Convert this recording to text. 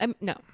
No